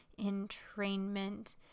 entrainment